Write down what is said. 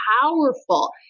powerful